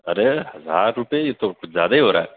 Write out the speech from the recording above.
ارے ہزار روپئے یہ تو کچھ زیادہ ہی ہو رہا ہے